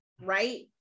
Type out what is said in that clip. right